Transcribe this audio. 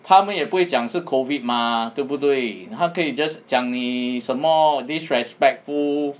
他们也不会讲是 COVID mah 对不对他可以 just 讲你什么 disrespectful